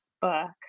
book